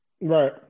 Right